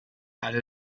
alle